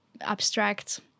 abstract